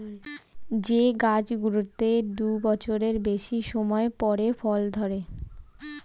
যে গাছগুলোতে দু বছরের বেশি সময় পরে ফল ধরে